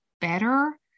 better